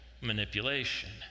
manipulation